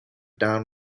down